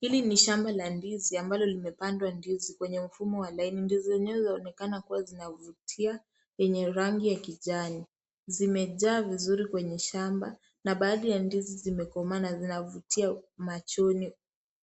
Hili ni shamba la ndizi ambalo limepandwa ndizi kwenye mfumo wa laini. Ndizi yenyewe inaonekana kuw zinavutia yenye rangi ya kijani. Zimejaa vizuri kwenye shamba, na baadhi ya ndizi zimekomaa na zinavutia machoni